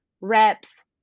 reps